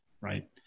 right